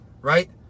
right